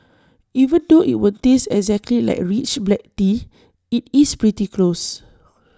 even though IT won't taste exactly like rich black tea IT is pretty close